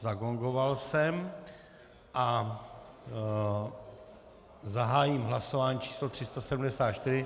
Zagongoval jsem a zahájím hlasování číslo 374.